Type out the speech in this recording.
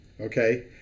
okay